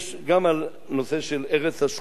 גם על הנושא של הרס השכונות,